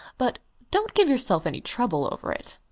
but don't give yourself any trouble over it.